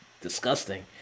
disgusting